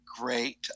great